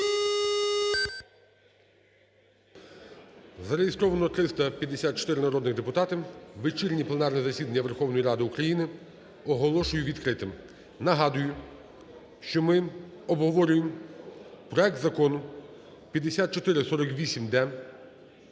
Зареєстровано 354 народних депутатів. Вечірнє пленарне засідання Верховної Ради України оголошую відкритим. Нагадую, що ми обговорюємо проект Закону 5448-д.